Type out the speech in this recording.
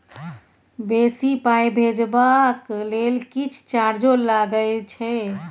बेसी पाई भेजबाक लेल किछ चार्जो लागे छै?